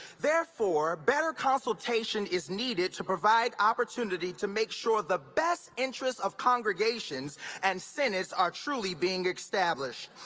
therefore, better consultation is needed to provide opportunity to make sure the best interests of congregations and synods are truly being established.